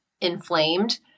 inflamed